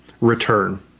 return